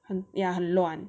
ya 很乱